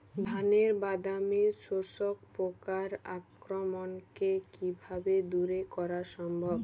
ধানের বাদামি শোষক পোকার আক্রমণকে কিভাবে দূরে করা সম্ভব?